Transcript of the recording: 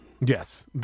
Yes